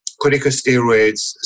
corticosteroids